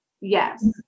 Yes